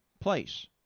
place